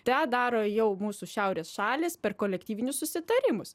tą daro jau mūsų šiaurės šalys per kolektyvinius susitarimus